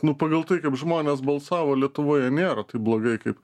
nu pagal tai kaip žmonės balsavo lietuvoje nėra taip blogai kaip